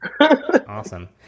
awesome